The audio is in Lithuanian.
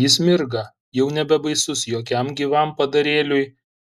jis mirga jau nebebaisus jokiam gyvam padarėliui